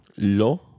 Lo